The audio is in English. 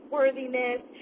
worthiness